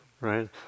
right